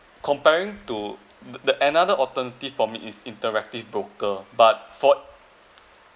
comparing to the another alternative for me it's interactive broker but for